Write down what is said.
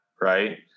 right